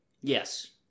Yes